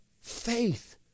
faith